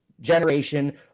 generation